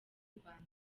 rwanda